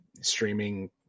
streaming